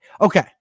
Okay